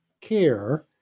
care